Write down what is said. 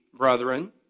Brethren